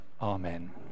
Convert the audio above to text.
Amen